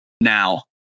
now